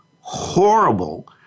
horrible